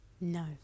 No